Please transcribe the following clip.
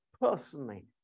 personally